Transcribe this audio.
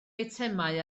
eitemau